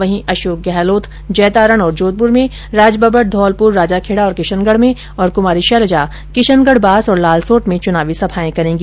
वहीं अशोक गहलोत जैतारण और जोधपुर में राजबब्बर धौलपुर राजाखेडा और किशनगढ में तथा कुमारी शैलजा किशनगढबास और लालसोट में चुनावी सभाएं करेंगी